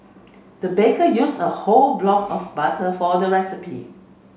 the baker use a whole block of butter for the recipe